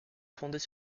fondés